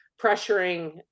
pressuring